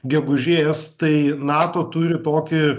gegužės tai nato turi tokį